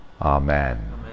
Amen